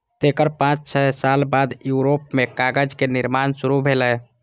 तेकर पांच सय साल बाद यूरोप मे कागज के निर्माण शुरू भेलै